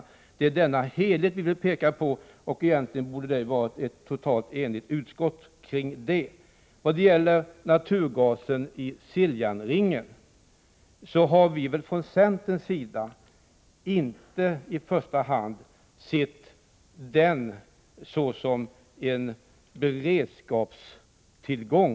Det är denna helhet vi vill peka på, och i detta avseende borde ju utskottet egentligen vara helt enigt. Från centerns sida har vi inte sett naturgasen i Siljansringen som i första hand en beredskapstillgång.